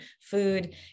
food